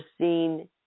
seen